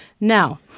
Now